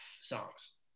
songs